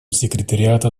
секретариата